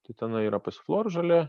tai ten yra pasiflorų žolė